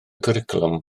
cwricwlwm